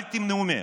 אל תמנעו מהם.